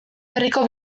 berriko